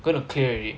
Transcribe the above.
going to clear already